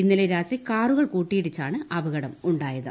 ഇന്നലെ രാത്രി കാറ്റുക്ക്ൾ കൂട്ടിയിടിച്ചാണ് അപകടം ഉണ്ടായത്